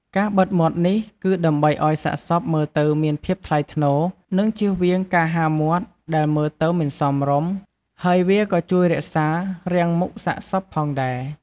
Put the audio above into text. ការបិទមាត់នេះគឺដើម្បីឱ្យសាកសពមើលទៅមានភាពថ្លៃថ្នូរ និងជៀសវាងការហាមាត់ដែលមើលទៅមិនសមរម្យ ហើយវាក៏ជួយរក្សារាងមុខសាកសពផងដែរ។